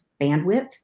bandwidth